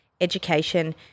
education